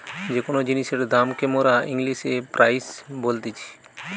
যে কোন জিনিসের দাম কে মোরা ইংলিশে প্রাইস বলতিছি